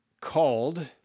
called